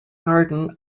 garden